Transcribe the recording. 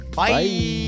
bye